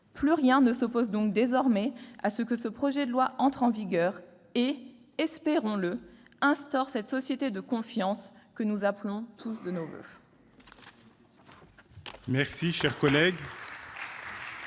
Plus rien ne s'oppose désormais à ce que le projet de loi entre en vigueur et, espérons-le, instaure cette société de confiance que nous appelons tous de nos voeux.